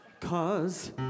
Cause